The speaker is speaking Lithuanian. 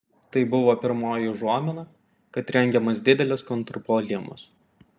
tai buvo pirmoji užuomina kad rengiamas didelis kontrpuolimas